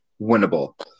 winnable